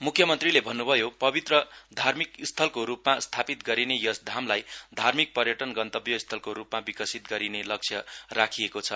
म्ख्यमन्त्रीले भन्न्भयो पवित्र धार्मिक स्थलको रूपमा स्थापित गरिने यस धामलाई धार्मिक पर्यटन गन्तव्य स्थलको रूपमा विकसित गरिने लक्ष्य राखिएको छ